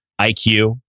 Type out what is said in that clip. IQ